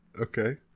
Okay